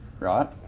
Right